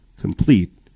complete